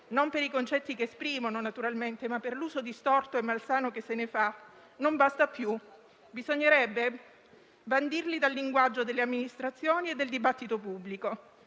non per i concetti che esprimono naturalmente, ma per l’uso distorto e malsano che se ne fa, non basta più. Bisognerebbe bandirli dal linguaggio delle amministrazioni e del dibattito pubblico.